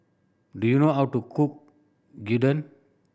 do you know how to cook Gyudon